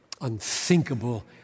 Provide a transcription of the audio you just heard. unthinkable